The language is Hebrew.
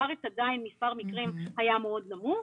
בארץ עדיין מספר המקרים היה מאוד נמוך